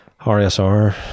RSR